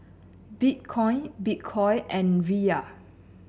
Bitcoin Bitcoin and Riyal